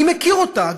אני מכיר אותה.